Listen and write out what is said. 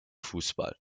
fußball